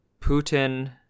Putin